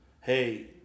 hey